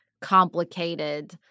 complicated